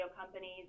companies